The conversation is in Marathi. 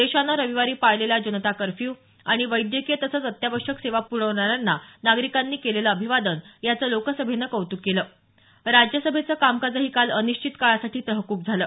देशानं रविवारी पाळलेला जनता कर्फ्यू आणि वैद्यकीय तसंच अत्यावश्यक सेवा प्रवणाऱ्यांना नागरिकांनी केलेलं अभिवादन याचं लोकसभेनं कौतुक केलं राज्यसभेचं कामकाजही काल अनिश्चित काळासाठी तहकूब झालं